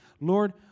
Lord